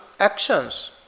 actions